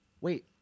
Wait